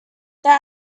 their